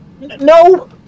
No